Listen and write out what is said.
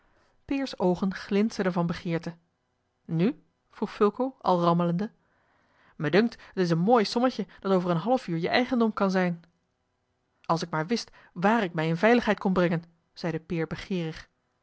peer's oogen glinsterden van begeerte nu vroeg fulco al rammelende mij dunkt t is een mooi sommetje dat over een half uur je eigendom kan zijn als ik maar wist waar ik mij in veiligheid kon brengen zeide peer begeerig